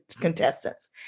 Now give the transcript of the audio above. contestants